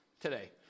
today